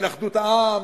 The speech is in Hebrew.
אין אחדות העם,